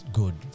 good